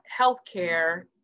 healthcare